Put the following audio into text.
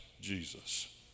Jesus